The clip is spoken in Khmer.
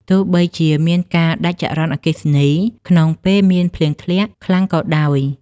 ទោះបីជាមានការដាច់ចរន្តអគ្គិសនីក្នុងពេលមានភ្លៀងធ្លាក់ខ្លាំងក៏ដោយ។